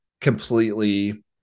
completely